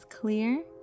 clear